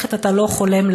ללכת אתה לא חולם.